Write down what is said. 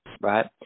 right